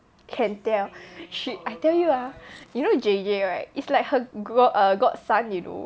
can tell she I tell you ah you know J J right is like her gro~ godson you know